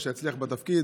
ושיצליח בתפקיד.